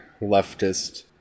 leftist